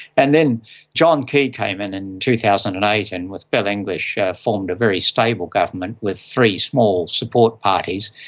and then john key came in in and two thousand and eight and with bill english formed a very stable government with three small support parties.